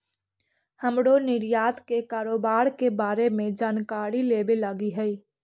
हमरो निर्यात के कारोबार के बारे में जानकारी लेबे लागी हई